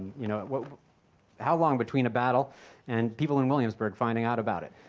you know how long between a battle and people in williamsburg finding out about it.